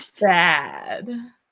bad